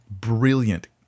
brilliant